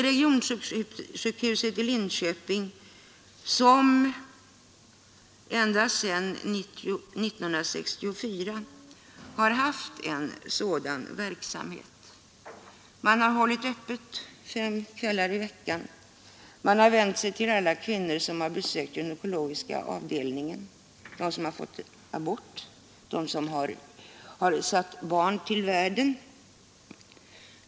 Regionsjukhuset i Linköping har ända sedan 1964 haft en sådan verksamhet. Man har hållit öppet fem kvällar i veckan, man har vänt sig till alla kvinnor som har besökt gynekologiska avdelningen — till dem som har fått abort och till dem som har satt barn till världen.